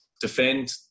defend